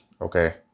Okay